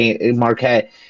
Marquette